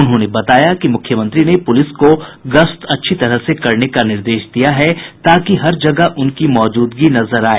उन्होंने बताया कि मुख्यमंत्री ने पुलिस को गश्त अच्छी तरह से करने का निर्देश दिया है ताकि हर जगह उनकी मौजूदगी नजर आए